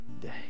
day